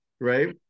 right